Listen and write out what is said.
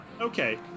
okay